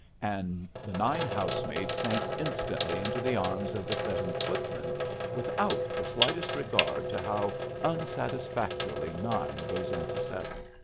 and the nine house-maids sank instantly into the arms of the seven footmen without the slightest regard to how unsatisfactorily nine goes into seven.